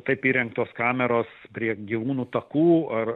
kaip įrengtos kameros prie gyvūnų takų ar